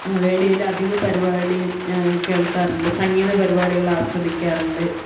റേഡിയോയിൽ അധിക പരിപാടിയും ഞാന് കേൾക്കാറുണ്ട് സംഗീത പരിപാടികൾ ആസ്വദിക്കാറുണ്ട്